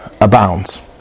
abounds